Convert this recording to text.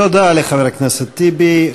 תודה לחבר הכנסת טיבי.